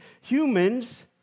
humans